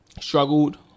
struggled